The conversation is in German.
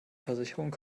versicherung